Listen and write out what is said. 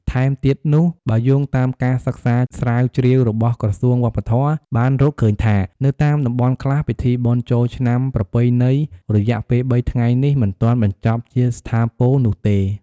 ថែមទៀតនោះ បើយោងតាមការសិក្សាស្រាវជ្រាវរបស់ក្រសួងវប្បធម៌បានរកឃើញថា នៅតាមតំបន់ខ្លះ ពិធីបុណ្យចូលឆ្នាំប្រពៃណីរយៈពេល ៣ ថ្ងៃនេះ មិនទាន់បញ្ចប់ជាស្ថាពរនោះទេ។